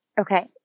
Okay